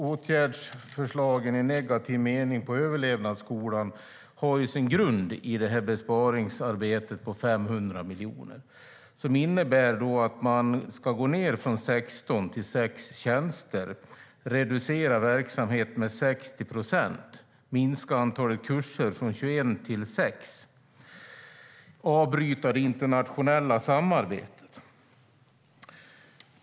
Åtgärdsförslagen, i negativ mening, på överlevnadsskolan har sin grund i besparingsarbetet på 500 miljoner. Det innebär att man ska gå ned från 16 till 6 tjänster, reducera verksamheten med 60 procent, minska antalet kurser från 21 till 6 och avbryta det internationella samarbetet.